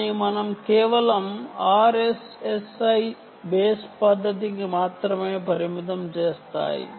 కానీ మనం కేవలం RSSI బేస్ పద్ధతికి మాత్రమే పరిమితం చేస్తాము